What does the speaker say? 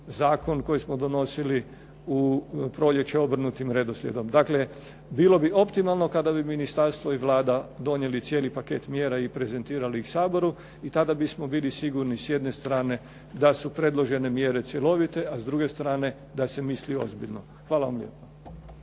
zakon koji smo donosili u proljeće obrnutim redoslijedom. Dakle, bilo bi optimalno kada bi ministarstvo i Vlada donijeli cijeli paket mjera i prezentirali ih Saboru i tada bismo bili sigurni s jedne strane da su predložene mjere cjelovite a s druge strane da se misli ozbiljno. Hvala vam lijepa.